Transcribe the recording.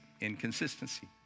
inconsistency